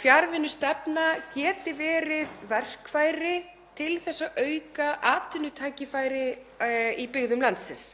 Fjarvinnustefna getur verið verkfæri til að auka atvinnutækifæri í byggðum landsins.